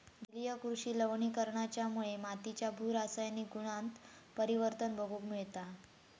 जलीय कृषि लवणीकरणाच्यामुळे मातीच्या भू रासायनिक गुणांत परिवर्तन बघूक मिळता